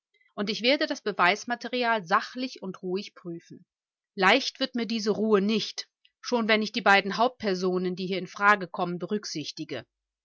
und ich werde das beweismaterial sachlich und ruhig prüfen leicht wird mir diese ruhe nicht schon wenn ich die beiden hauptpersonen die hier in frage kommen berücksichtige